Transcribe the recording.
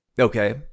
Okay